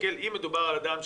תוכן גזעני או דברים מהסוג הזה,